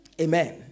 Amen